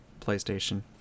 PlayStation